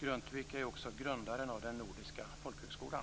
Grundtvig är ju också grundaren av den nordiska folkhögskolan.